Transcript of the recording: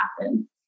happen